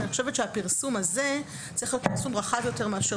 אני חושבת שהפרסום הזה צריך להיות פרסום רחב יותר מאשר